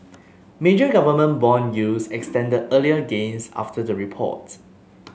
major government bond yields extended earlier gains after the report